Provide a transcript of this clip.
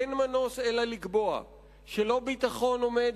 אין מנוס אלא לקבוע שלא ביטחון עומד